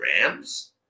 rams